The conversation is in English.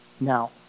Now